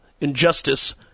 injustice